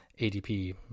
ADP